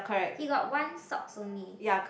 he got one socks only